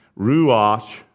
ruach